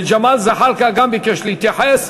וג'מאל זחאלקה גם ביקש להתייחס,